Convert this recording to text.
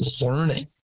learning